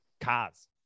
cars